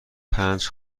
پنج